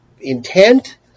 intent